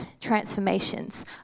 transformations